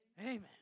Amen